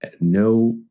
no